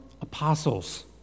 apostles